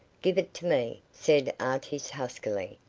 give it to me, said artis huskily,